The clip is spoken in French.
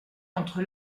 entre